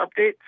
updates